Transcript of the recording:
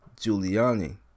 Giuliani